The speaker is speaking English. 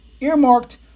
earmarked